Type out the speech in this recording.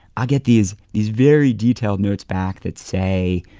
i get these these very detailed notes back that say,